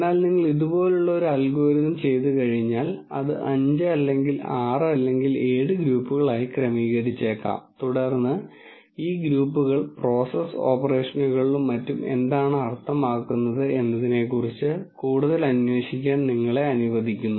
എന്നാൽ നിങ്ങൾ ഇതുപോലുള്ള ഒരു അൽഗോരിതം ചെയ്തുകഴിഞ്ഞാൽ അത് 5 അല്ലെങ്കിൽ 6 അല്ലെങ്കിൽ 7 ഗ്രൂപ്പുകളായി ക്രമീകരിച്ചേക്കാം തുടർന്ന് ഈ ഗ്രൂപ്പുകൾ പ്രോസസ് ഓപ്പറേഷനുകളിലും മറ്റും എന്താണ് അർത്ഥമാക്കുന്നത് എന്നതിനെക്കുറിച്ച് കൂടുതൽ അന്വേഷിക്കാൻ നിങ്ങളെ അനുവദിക്കുന്നു